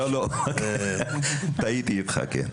כן, טעיתי איתך.